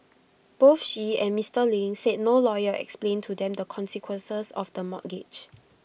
both she and Mister Ling said no lawyer explained to them the consequences of the mortgage